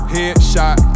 Headshot